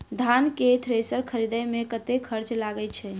धान केँ थ्रेसर खरीदे मे कतेक खर्च लगय छैय?